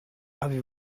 avez